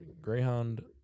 Greyhound